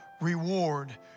reward